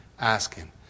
asking